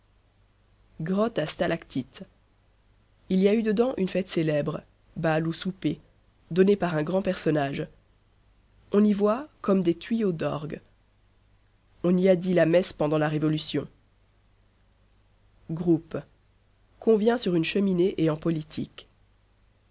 grottes à stalactites il y a eu dedans une fête célèbre bal ou souper donné par un grand personnage on y voit comme des tuyaux d'orgue on y a dit la messe pendant la révolution groupe convient sur une cheminée et en politique